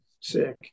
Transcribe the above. sick